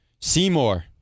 Seymour